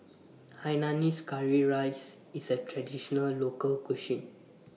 Hainanese Curry Rice IS A Traditional Local Cuisine